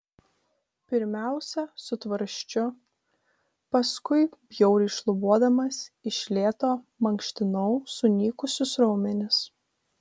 pirmiausia su tvarsčiu paskui bjauriai šlubuodamas iš lėto mankštinau sunykusius raumenis